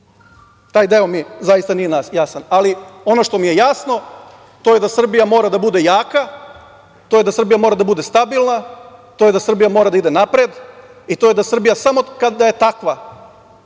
deo mi zaista nije jasan, ali ono što mi je jasno to je da Srbija mora da bude jaka, to je da Srbija mora da bude stabilna, to je da Srbija mora da ide napred i to je da Srbija samo kada je takva